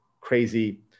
crazy